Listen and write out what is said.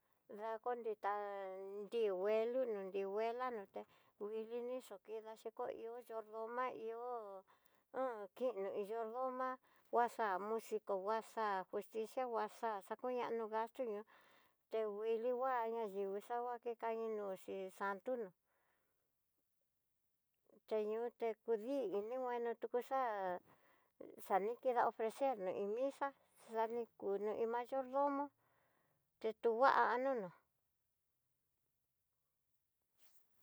Dá konrita nrió ngue uno nri ngue lanuté, wuilini xo kidaxhi kó ihó, yordoma ihó h kinó yordoma nguaxa musico nguaxa justicia, nguaxa takuxaña gastió ni'ó tu nguili ngua'aña inguixava kekañi ñoxe xantunó, teñoti kudii ininguan no tukuxa'a, xadikeda ofrecer no iin misa xa ni kunió iin mayordomo, té tu ngua no no'ó.